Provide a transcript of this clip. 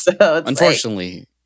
unfortunately